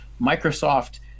microsoft